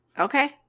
Okay